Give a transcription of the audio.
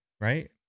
Right